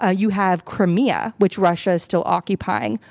ah you have crimea, which russia is still occupying,